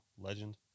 legend